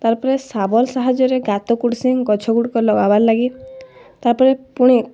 ତା'ପରେ ସାବଲ୍ ସାହାଯ୍ୟରେ ଗାତ କୁଡ଼୍ସିଁ ଗଛଗୁଡ଼ିକ ଲଗାବର୍ ଲାଗି ତା'ପରେ ପୁଣି